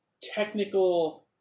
technical